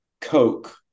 Coke